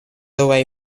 away